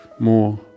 More